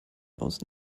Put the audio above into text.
aus